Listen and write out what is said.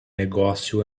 negócio